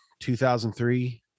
2003